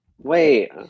Wait